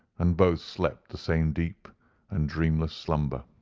and both slept the same deep and dreamless slumber.